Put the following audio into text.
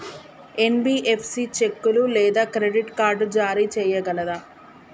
NBFC చెక్కులు లేదా credit card జారీ చేయగలదా?